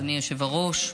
אדוני היושב-ראש,